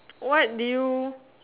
what do you